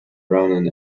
run